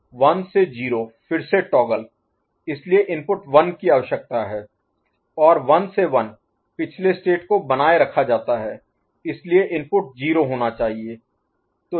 1 से 0 फिर से टॉगल इसलिए इनपुट 1 की आवश्यकता है 1 और 1 से 1 पिछले स्टेट को बनाए रखा जाता है इसलिए इनपुट 0 होना चाहिए